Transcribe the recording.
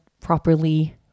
properly